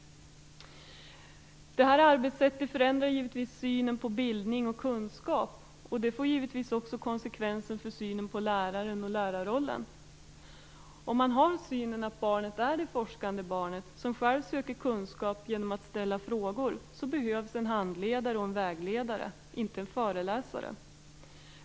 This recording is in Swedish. Detta arbetssätt förändrar givetvis synen på bildning och kunskap. Det får givetvis också konsekvenser för synen på läraren och lärarrollen. Om man har synen att barnet är det forskande barnet som självt söker kunskap genom att ställa frågor, så behövs det en handledare och en vägledare, inte en föreläsare.